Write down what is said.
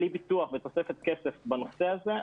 בלי ביטוח ותוספת כסף בנושא הזה,